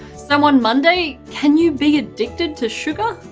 so on monday can you be addicted to sugar?